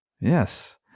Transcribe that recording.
Yes